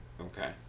Okay